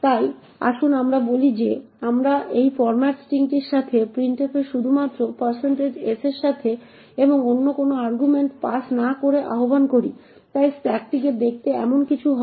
তাই আসুন আমরা বলি যে আমরা এই ফর্ম্যাট স্ট্রিংটির সাথে printf শুধুমাত্র s এর সাথে এবং অন্য কোন আর্গুমেন্ট পাস না করে আহ্বান করি তাই স্ট্যাকটি দেখতে এমন কিছু হবে